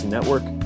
Network